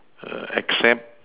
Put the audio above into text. err accept